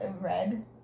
Red